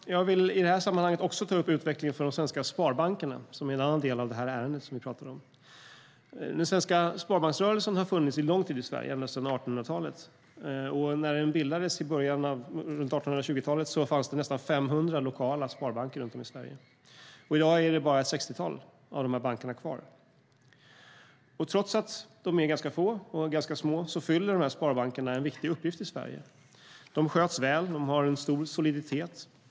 Jag vill i det här sammanhanget också ta upp utvecklingen för de svenska sparbankerna, som är en annan del av det ärende vi pratar om. Den svenska sparbanksrörelsen har funnits en lång tid i Sverige, ända sedan 1800-talet. När den bildades runt 1820 fanns det nästan 500 lokala sparbanker runt om i Sverige. I dag är bara ett sextiotal av de här bankerna kvar. Trots att de är ganska få och ganska små fyller de här sparbankerna en viktig uppgift i Sverige. De sköts väl. De har en stor soliditet.